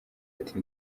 ati